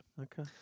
Okay